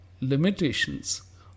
Limitations